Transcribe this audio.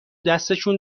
دستشون